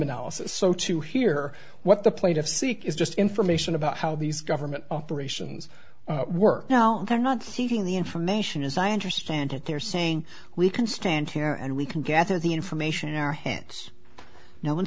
analysis so to hear what the plaintiff seek is just information about how these government operations work now they're not getting the information as i understand it they're saying we can stand here and we can gather the information in our hands no one